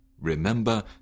Remember